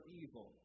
evil